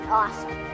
awesome